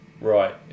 Right